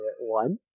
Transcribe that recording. One